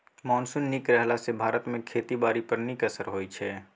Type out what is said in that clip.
monsoon नीक रहला सँ भारत मे खेती बारी पर नीक असिर होइ छै